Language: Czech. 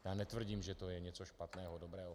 Já netvrdím, že to je něco špatného, dobrého.